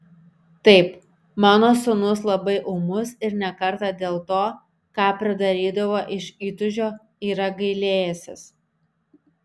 taip mano sūnus labai ūmus ir ne kartą dėl to ką pridarydavo iš įtūžio yra gailėjęsis